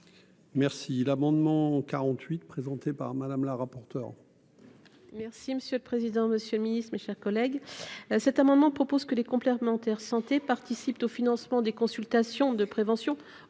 Merci l'amendement 48 présenté par Madame la rapporteure.